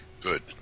Good